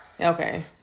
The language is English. okay